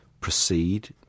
proceed